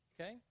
Okay